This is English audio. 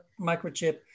microchip